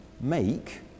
make